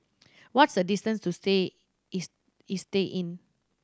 what is the distance to stay is Istay Inn